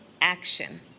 action